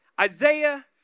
Isaiah